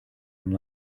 and